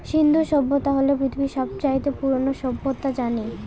সিন্ধু সভ্যতা হল পৃথিবীর সব চাইতে পুরোনো সভ্যতা জানি